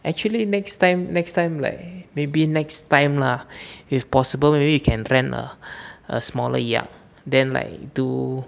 actually next time next time like maybe next time lah if possible maybe you can rent a a smaller yacht then like do